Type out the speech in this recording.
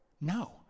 No